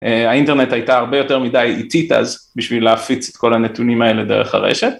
האינטרנט הייתה הרבה יותר מדי איטית אז בשביל להפיץ את כל הנתונים האלה דרך הרשת.